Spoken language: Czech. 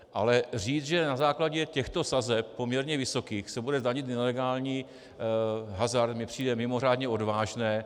Ale říct, že na základě těchto sazeb poměrně vysokých se bude danit i nelegální hazard, mi přijde mimořádně odvážné.